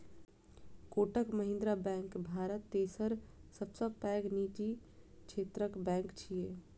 Kotak Mahindra bank Bharat तेसर सबसं पैघ निजी क्षेत्रक बैंक छियै